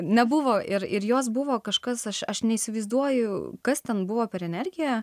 nebuvo ir ir jos buvo kažkas aš aš neįsivaizduoju kas ten buvo per energiją